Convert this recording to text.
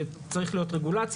שצריכה להיות רגולציה.